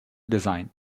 design